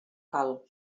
cal